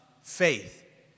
faith